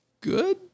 good